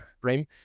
frame